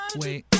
wait